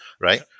right